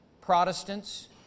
Protestants